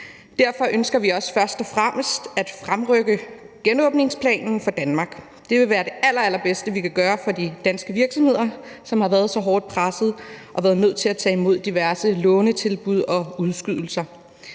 Derfor ønsker vi også først og fremmest at fremrykke genåbningsplanen for Danmark. Det vil være det allerallerbedste, vi kan gøre for de danske virksomheder, som har været så hårdt presset og været nødt til at tage imod diverse lånetilbud og udskydelser.